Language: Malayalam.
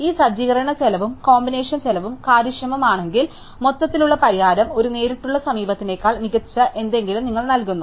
ഈ സജ്ജീകരണ ചെലവും കോമ്പിനേഷൻ ചെലവും കാര്യക്ഷമമാണെങ്കിൽ മൊത്തത്തിലുള്ള പരിഹാരം ഒരു നേരിട്ടുള്ള സമീപനത്തേക്കാൾ മികച്ച എന്തെങ്കിലും നിങ്ങൾക്ക് നൽകുന്നു